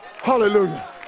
Hallelujah